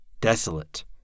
desolate